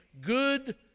good